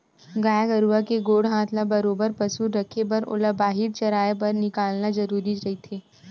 गाय गरुवा के गोड़ हात ल बरोबर पसुल रखे बर ओला बाहिर चराए बर निकालना जरुरीच रहिथे